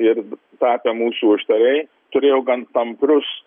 ir tapę mūsų užtarėjai turėjo gan tamprius